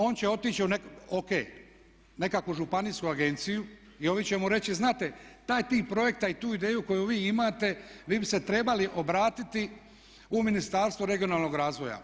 On će otići u neku, o.k. nekakvu županijsku agenciju i ovi će mu reći znate taj tip projekta i tu ideju koju vi imate vi bi se trebali obratiti u Ministarstvo regionalnog razvoja.